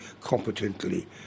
competently